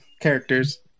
characters